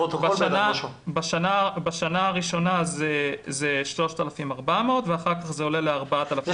בשנה הראשונה זה 3,400 ואחר כך זה עולה ל-4,000.